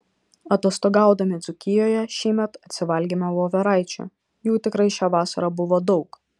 atostogaudami dzūkijoje šįmet atsivalgėme voveraičių jų tikrai šią vasarą buvo daug